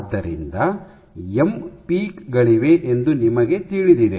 ಆದ್ದರಿಂದ M peak ಗಳಿವೆ ಎಂದು ನಿಮಗೆ ತಿಳಿದಿದೆ